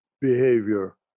behavior